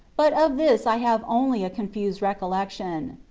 but of this i have only a confused recollection.